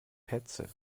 petze